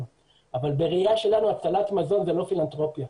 אבל בראייה שלנו הצלת מזון זאת לא פילנתרופיה,